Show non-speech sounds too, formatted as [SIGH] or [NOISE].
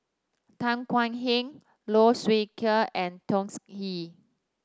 Tan [UNINTELLIGIBLE] Heng Low Siew [UNINTELLIGIBLE] and Tsung Yeh